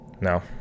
no